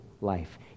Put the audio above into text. life